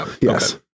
Yes